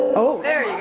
oh there you